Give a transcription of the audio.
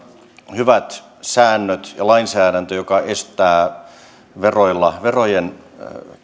hyvät säännöt ja lainsäädäntö joka estää verojen